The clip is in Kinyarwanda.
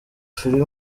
filimi